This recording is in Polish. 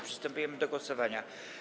Przystępujemy do głosowania.